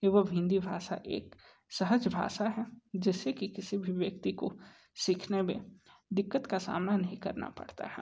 एवं हिंदी भाषा एक सहज भाषा है जिसे कि किसी भी व्यक्ति को सीखने में दिक्कत का सामना नहीं करना पड़ता है